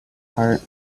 heart